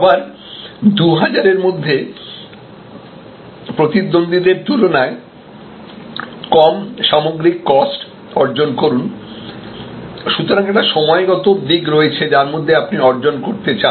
আবার ২০০০ এর মধ্যে প্রতিদ্বন্দ্বীদের তুলনায় কম সামগ্রিক কস্ট অর্জন করুন সুতরাং একটি সময়গত দিক রয়েছে যার মধ্যে আপনি অর্জন করতে চান